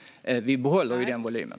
Vi behåller den volymen.